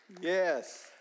Yes